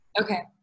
Okay